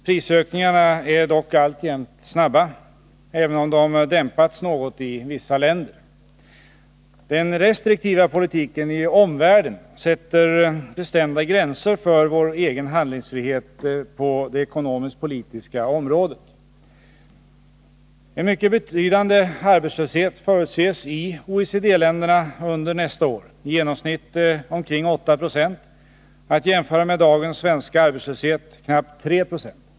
Prisökningarna är dock alltjämt snabba, även om de dämpats något i vissa länder. Den restriktiva politiken i omvärlden sätter bestämda gränser för vår egen handlingsfrihet på det ekonomisk-politiska området. En mycket betydande arbetslöshet förutses i OECD-länderna under nästa år, i genomsnitt omkring 8 20 — att jämföra med dagens svenska arbetslöshet, knappt 3 20.